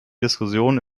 diskussion